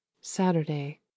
Saturday